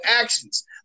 actions